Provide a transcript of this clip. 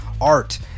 art